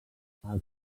els